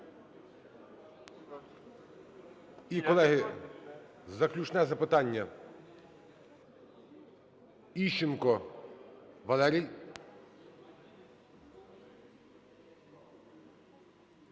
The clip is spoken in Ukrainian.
І, колеги, заключне запитання. Іщенко Валерій.